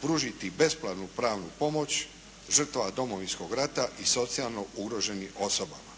pružiti besplatnu pravnu pomoć žrtvama Domovinskog rata i socijalno ugroženim osobama.